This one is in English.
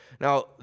Now